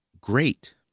great